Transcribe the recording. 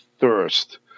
thirst